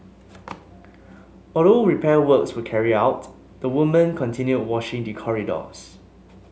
although repair works were carried out the woman continued washing the corridors